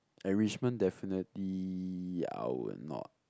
enrichment definitely I will not